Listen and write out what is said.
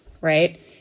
right